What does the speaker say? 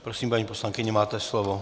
Prosím, paní poslankyně, máte slovo.